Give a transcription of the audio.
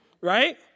right